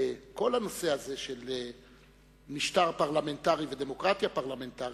כל הנושא הזה של משטר פרלמנטרי ודמוקרטיה פרלמנטרית,